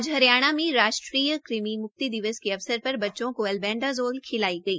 आज हरियाणा में राष्ट्रीय कृमि मुक्ति दिवस के अवसर पर बच्चों को ऐलवेंडाजोल की गोली खिलाई गई